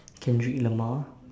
kendrick lamar